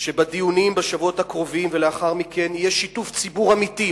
שבדיונים בשבועות הקרובים ולאחר מכן יהיה שיתוף ציבור אמיתי.